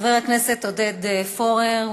חבר הכנסת עודד פורר,